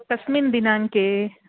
कस्मिन् दिनाङ्के